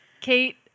Kate